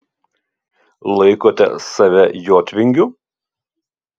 laikote save jotvingiu